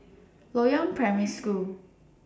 Loyang Primary School